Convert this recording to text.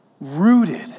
rooted